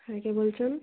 হুম কে বলছেন